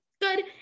good